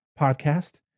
Podcast